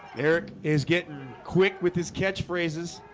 eric is getting quick with his catchphrases.